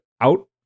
out